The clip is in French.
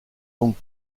donc